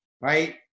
right